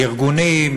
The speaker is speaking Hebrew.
לארגונים,